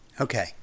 Okay